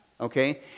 okay